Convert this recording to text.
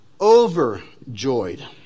overjoyed